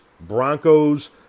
Broncos